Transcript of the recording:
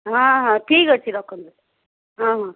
ହଁ ହଁ ଠିକ୍ ଅଛି ରଖନ୍ତୁ ହଁ ହଁ